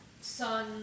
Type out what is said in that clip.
sun